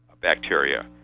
bacteria